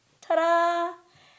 Ta-da